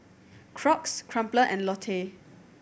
Crocs Crumpler and Lotte